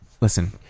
Listen